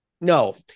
No